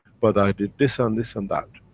but i did this ah and this and that.